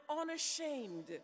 unashamed